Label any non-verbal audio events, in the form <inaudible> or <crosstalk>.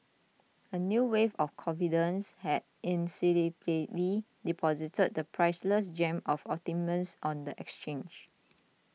a new wave of confidence had <unintelligible> deposited the priceless gem of optimism on the exchange